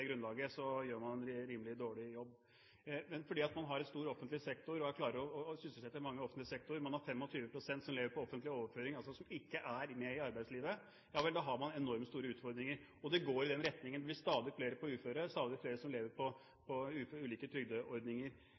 gjør man en rimelig dårlig jobb. Vi har en stor offentlig sektor, og vi klarer å sysselsette mange i offentlig sektor, men fordi man har 25 pst. som lever på offentlige overføringer, altså som ikke er med i arbeidslivet, ja vel, da har man enormt store utfordringer. Og det går i den retningen: Det blir stadig flere uføre og stadig flere som lever på ulike trygdeordninger.